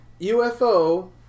UFO